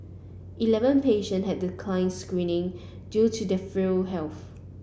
eleven patient had declined screening due to their frail health